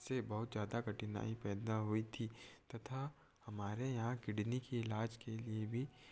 से बहुत ज्यादा कठिनाई पैदा हुई थी तथा हमारे यहाँ किडनी के ईलाज के लिए